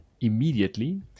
immediately